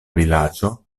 vilaĝo